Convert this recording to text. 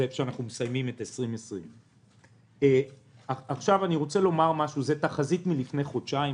זה המקום שבו אנחנו מסיימים את 2020. זאת תחזית לפני חודשיים.